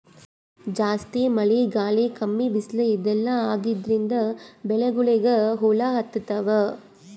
ಜಾಸ್ತಿ ಮಳಿ ಗಾಳಿ ಕಮ್ಮಿ ಬಿಸ್ಲ್ ಇದೆಲ್ಲಾ ಆಗಾದ್ರಿಂದ್ ಬೆಳಿಗೊಳಿಗ್ ಹುಳಾ ಹತ್ತತಾವ್